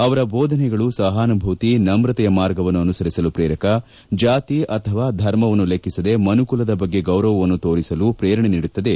ಅವರ ಬೋಧನೆಗಳು ಸಹಾನುಭೂತಿ ನಮ್ರತೆಯ ಮಾರ್ಗವನ್ನು ಅನುಸರಿಸಲು ಪ್ರೇರಕ ಜಾತಿ ಅಥವಾ ಧರ್ಮವನ್ನು ಲೆಕ್ಸಿಸದೆ ಮನುಕುಲದ ಬಗ್ಗೆ ಗೌರವವನ್ನು ತೋರಿಸಲು ಪ್ರೇರಣೆ ನೀಡುತ್ತದೆ